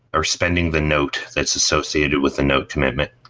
or spending the note that's associated with a note commitment.